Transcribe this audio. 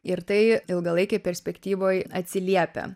ir tai ilgalaikėj perspektyvoj atsiliepia